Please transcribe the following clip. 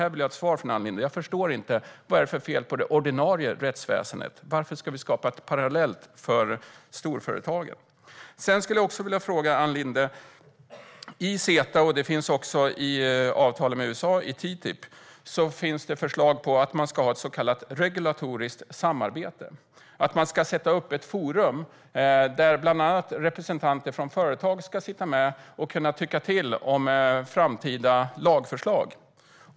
Jag vill ha ett svar från Ann Linde: Vad är det för fel på det ordinarie rättsväsendet? Varför ska vi skapa ett parallellt väsen för storföretagen? Jag skulle också vilja ställa en annan fråga till Ann Linde. I CETA och även i avtalet med USA, TTIP, finns det förslag på ett så kallat regulatoriskt samarbete. Man ska sätta upp ett forum där bland andra representanter från företag ska sitta med och kunna tycka till om framtida lagförslag.